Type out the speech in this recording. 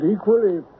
equally